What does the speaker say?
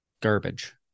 garbage